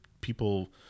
people